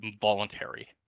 voluntary